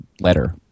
letter